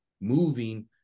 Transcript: moving